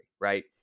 right